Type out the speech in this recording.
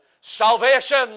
Salvation